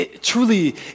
truly